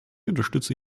unterstütze